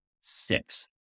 six